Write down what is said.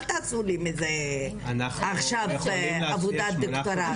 אל תעשו לי מזה עכשיו עבודת דוקטורט.